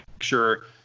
sure